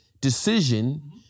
decision